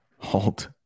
Halt